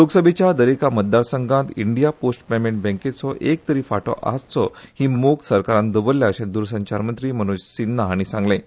लोकसभेच्या दरेका मतदार संघात इंडिया पोस्ट पेमॅण्ट बँकेचो एक तरी फांटो आसचो ही मोख सरकारान दवरल्या अशें द्रसंचार मंत्री मनोज सिन्हा हांणी सांगलें